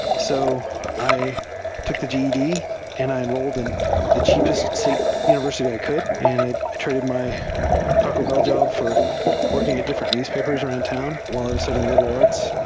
so i took the ged and i enrol led in the cheapest state univers ity i could, and i i traded my taco bell job for working at different newspapers around town while i was studying liberal arts.